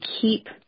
keep